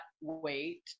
wait